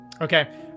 Okay